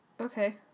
Okay